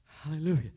hallelujah